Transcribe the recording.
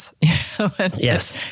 Yes